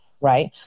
right